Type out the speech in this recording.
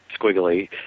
squiggly